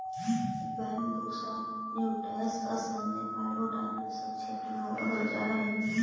Bambusa nutans Assam, Nepal, Bhutan इ सब क्षेत्र में उगावल जा हई